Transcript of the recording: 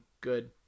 good